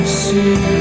see